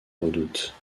redoute